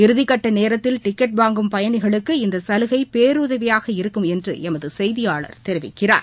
இறுதிக்கட்ட நேரத்தில் டிக்கெட் வாங்கும் பயணிகளுக்கு இந்த சலுகை பேருதவியாக இருக்கும் என்று எமது செய்தியாளர் தெரிவிக்கிறார்